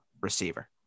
receiver